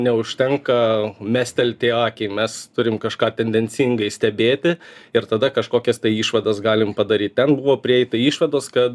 neužtenka mestelti akį mes turim kažką tendencingai stebėti ir tada kažkokias išvadas galim padaryt ten buvo prieita išvados kad